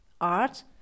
art